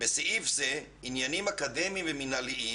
(בסעיף זה, "עניינים אקדמיים ומינהליים"